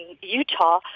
Utah